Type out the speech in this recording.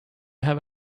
have